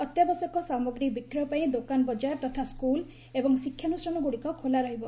ଅତ୍ୟାବଶ୍ୟକ ସାମଗ୍ରୀ ବିକ୍ରୟ ପାଇଁ ଦୋକାନ ବକାର ତଥା ସ୍କୁଲ୍ ଏବଂ ଶିକ୍ଷାନୁଷ୍ଠାନଗୁଡ଼ିକ ଖୋଲା ରହିବ